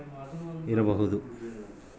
America ಒಳಗ credit union ಭಾಳ ಇದಾವ